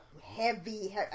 heavy